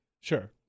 Sure